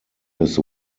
his